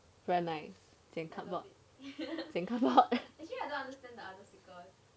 very nice same cardboard same cardboard